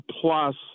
plus